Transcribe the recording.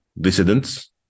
dissidents